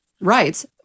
rights